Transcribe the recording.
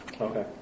Okay